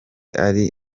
ari